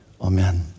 Amen